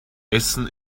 essen